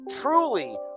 truly